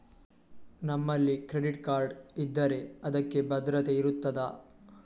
ನಮ್ಮಲ್ಲಿ credit card ಇದ್ದರೆ ಅದಕ್ಕೆ ಭದ್ರತೆ ಇರುತ್ತದಾ?